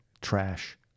Trash